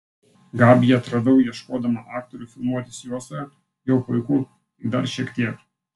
gabiją atradau ieškodama aktorių filmuotis juostoje jau puiku tik dar šiek tiek